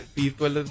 people